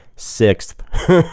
Sixth